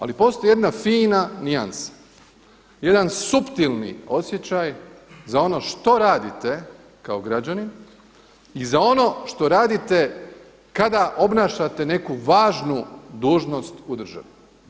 Ali postoji jedna fina nijansa, jedan suptilni osjećaj za ono što radite kao građanin i za ono što radite kada obnašate neku važnu dužnost u državi.